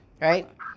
right